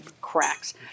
cracks